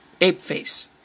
Apeface